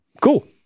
cool